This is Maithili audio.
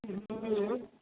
अहूँ कहिऔ